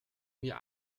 mir